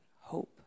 hope